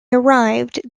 arrived